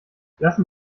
lassen